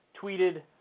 tweeted